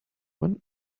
when